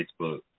Facebook